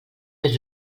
però